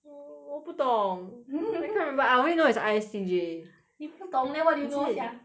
我我不懂 I can't remember I only know it's I_S_T_J 你不懂 then what do you know sia is it